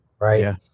right